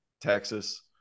Texas